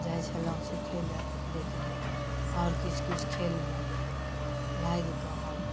जाइ छलहुॅं सीखै लए लेकिन आओर किछु किछु खेलमे लागि कऽ हम